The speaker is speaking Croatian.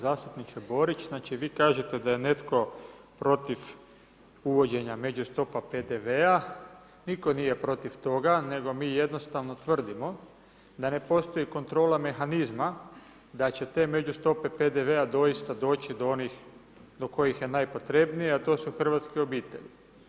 Uvaženi zastupniče Borić, znači vi kažete da je netko protiv uvođenja među stopa PDV-a, nitko nije protiv toga nego mi jednostavno tvrdimo da ne postoji kontrola mehanizma da će te međustope PDV-a doista doći do onih do kojih je najpotrebnije a to su hrvatske obitelji.